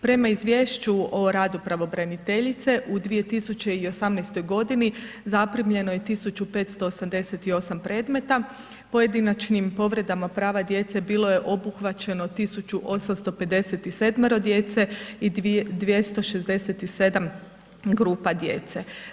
Prema Izvješću o radu pravobraniteljice, u 2018. g. zaprimljeno je 1588 predmeta pojedinačnim povredama prava djece bilo je obuhvaćeno 1857 djece i 267 grupa djece.